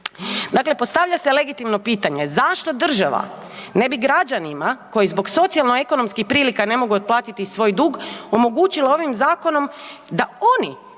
Dakle, postavlja se legitimno pitanje zašto država ne bi građanima koji zbog socijalno ekonomskih prilika ne mogu otplatiti svoj dug omogućila ovim zakonom da oni